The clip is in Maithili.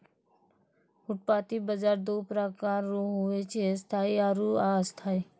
फुटपाटी बाजार दो प्रकार रो हुवै छै स्थायी आरु अस्थायी